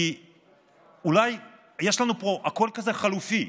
כי הכול פה חליפי,